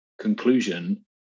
conclusion